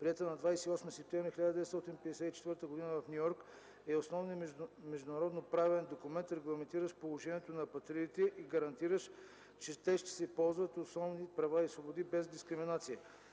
приета на 28 септември 1954 г. в Ню Йорк, е основният международноправен документ, регламентиращ положението на апатридите и гарантиращ, че те ще се ползват от основни права и свободи без дискриминация.